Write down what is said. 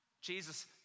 Jesus